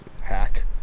Hack